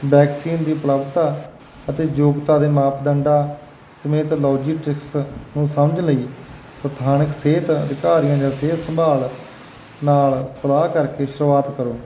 vaccine ਦੀ ਉਪਲਬਧਤਾ ਅਤੇ ਯੋਗਤਾ ਦੇ ਮਾਪਦੰਡਾਂ ਸਮੇਤ ਲੋਜਿਟਿਕਸ ਨੂੰ ਸਮਝ ਲਈ ਸਥਾਨਕ ਸਿਹਤ ਅਧਿਕਾਰੀਆਂ ਜਾਂ ਸਿਹਤ ਸੰਭਾਲ ਨਾਲ ਸਲਾਹ ਕਰਕੇ ਸ਼ੁਰੂਆਤ ਕਰੋ